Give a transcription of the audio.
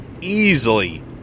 easily